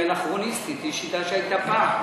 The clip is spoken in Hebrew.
שהיא אנכרוניסטית, היא שיטה שהייתה פעם.